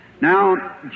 Now